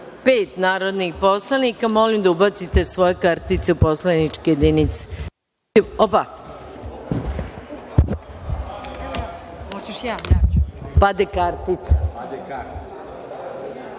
195 narodnih poslanika. Molim da ubace svoje kartice u poslaničke jedinice